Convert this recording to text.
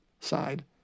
side